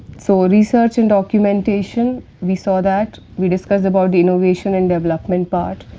so, research and documentation, we saw that, we discussed about the innovation and development part,